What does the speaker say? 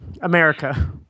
America